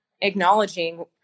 acknowledging